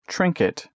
Trinket